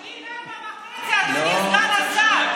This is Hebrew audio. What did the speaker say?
אדוני סגן השר,